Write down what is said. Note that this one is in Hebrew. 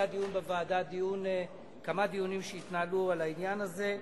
התנהלו כמה דיונים בוועדה על העניין הזה.